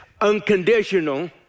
unconditional